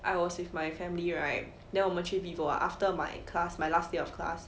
I was with my family right then 我们去 vivo after my class my last day of class